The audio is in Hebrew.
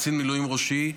קצין מילואים ראשי,